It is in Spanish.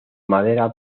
madera